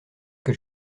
que